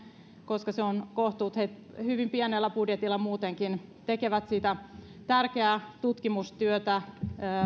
koska se on kohtuus sillä he hyvin pienellä budjetilla muutenkin tekevät sitä tärkeää tutkimustyötä